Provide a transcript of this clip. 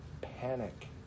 Panic